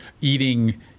eating